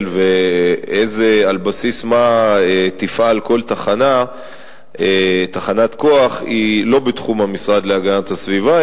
ועל בסיס מה תפעל כל תחנת כוח היא לא בתחום המשרד להגנת הסביבה,